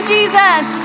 Jesus